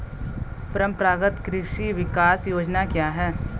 परंपरागत कृषि विकास योजना क्या है?